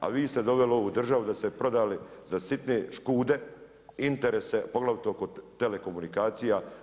A vi ste doveli ovu državu da ste je prodali za sitne škude, interese poglavito kod telekomunikacija.